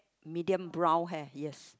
medium brown hair yes